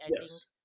Yes